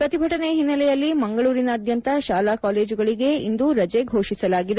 ಪ್ರತಿಭಟನೆ ಹಿನ್ನೆಲೆಯಲ್ಲಿ ಮಂಗಳೂರಿನಾದ್ಯಂತ ಶಾಲಾ ಕಾಲೇಜುಗಳಿಗೆ ಇಂದು ರಜೆ ಫೋಷಿಸಲಾಗಿದೆ